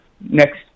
next